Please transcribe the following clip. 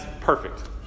perfect